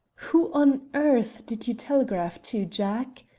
who on earth did you telegraph to, jack?